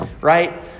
right